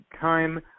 time